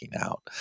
out